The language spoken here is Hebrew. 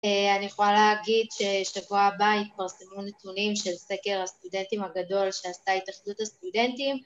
אני יכולה להגיד ששבוע הבא יתפרסמו נתונים של סקר הסטודנטים הגדול שעשתה התאחדות הסטודנטים